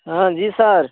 हँ जी सर